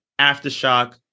Aftershock